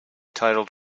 titled